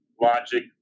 logic